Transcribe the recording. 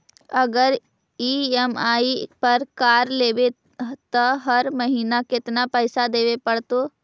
अगर ई.एम.आई पर कार लेबै त हर महिना केतना पैसा देबे पड़तै?